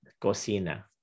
Cocina